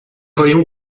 voyions